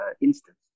instance